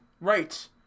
Right